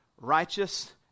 righteous